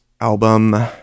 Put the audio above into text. album